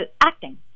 acting